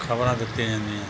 ਖ਼ਬਰਾਂ ਦਿੱਤੀਆਂ ਜਾਂਦੀਆਂ